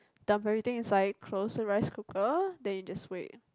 dump everything inside close the rice cooker then you just wait